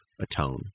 atone